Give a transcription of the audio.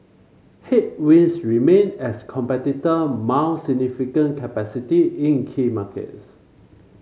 headwinds remain as competitor mount significant capacity in key markets